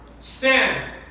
stand